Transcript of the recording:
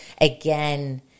Again